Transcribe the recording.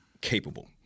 capable